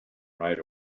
right